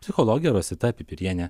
psichologė rosita pipirienė